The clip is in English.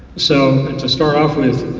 so to start off,